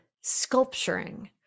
sculpturing